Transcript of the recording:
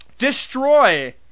destroy